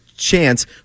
chance